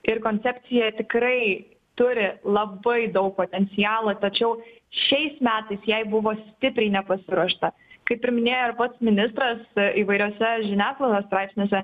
ir koncepcija tikrai turi labai daug potencialo tačiau šiais metais jai buvo stipriai nepasiruošta kaip ir minėjo ir ministras įvairiuose žiniasklaidos straipsniuose